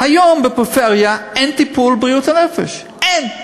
היום אין בפריפריה טיפול בבריאות הנפש, אין.